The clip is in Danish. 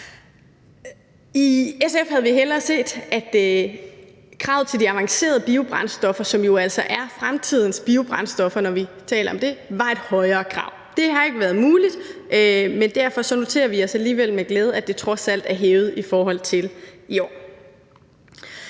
I SF havde vi hellere set, at kravet til de avancerede biobrændstoffer, som jo altså er fremtidens biobrændstof, når vi taler om det, var højere. Det har ikke været muligt, men vi noterer os alligevel med glæde, at det trods alt er hævet i forhold til i år.